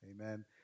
Amen